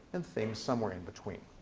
and things somewhere in between.